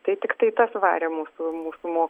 tai tiktai tas varė mūsų mūsų mo